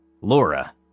Laura